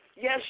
Yes